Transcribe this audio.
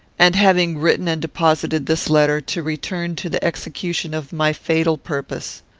and, having written and deposited this letter, to return to the execution of my fatal purpose.